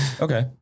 Okay